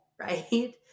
right